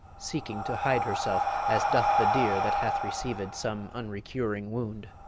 seeking to hide herself as doth the deer that hath receiv'd some unrecuring wound.